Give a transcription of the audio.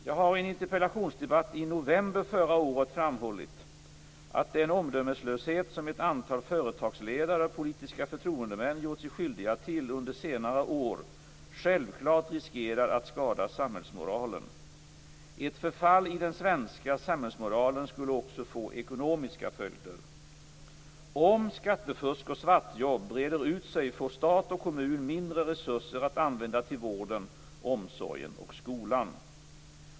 Jag har i en interpellationsdebatt i november förra året framhållit att den omdömeslöshet som ett antal företagsledare och politiska förtroendemän gjort sig skyldiga till under senare år självklart riskerar att skada samhällsmoralen. Ett förfall i den svenska samhällsmoralen skulle också få ekonomiska följder. Om skattefusk och svartjobb breder ut sig får stat och kommun mindre resurser att använda till vården, omsorgen och skolan.